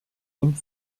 und